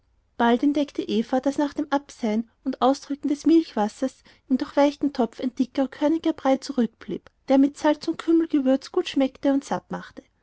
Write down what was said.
bald entdeckte eva daß nach dem abseihen und ausdrücken des milchwassers im durchweichten topf ein dicker körniger brei zurückblieb der mit salz und kümmel gewürzt gut schmeckte und sattmachte